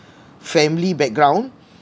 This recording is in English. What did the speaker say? family background